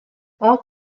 all